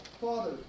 Father